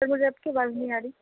سر مجھے آپ کی آواز نہیں آ رہی